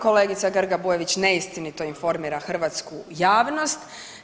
Kolegica Grba Bujević neistinito informira hrvatsku javnost.